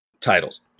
titles